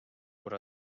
kuid